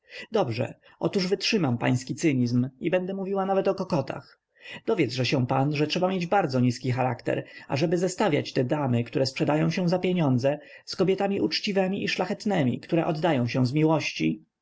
dobrze otóż wytrzymam pański cynizm i będę mówiła nawet o kokotach dowiedzże się pan że trzeba mieć bardzo niski charakter ażeby zestawiać te damy które sprzedają się za pieniądze z kobietami uczciwemi i szlachetnemi które oddają się z miłości